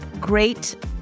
great